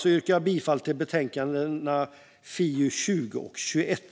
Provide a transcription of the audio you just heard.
Jag yrkar bifall till utskottets förslag i betänkandena FiU20 och FiU21.